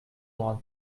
one